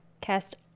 Cast